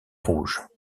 rouge